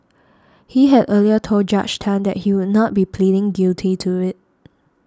he had earlier told Judge Tan that he would not be pleading guilty to it